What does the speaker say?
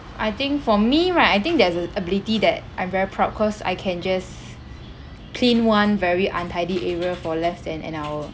I think for me right I think there's a ability that I'm very proud cause I can just clean one very untidy area for less than an hour